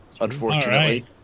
Unfortunately